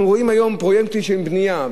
אנחנו רואים היום פרויקטים של בנייה,